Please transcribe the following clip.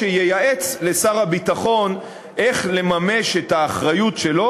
שייעץ לשר הביטחון איך לממש את האחריות שלו,